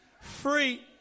free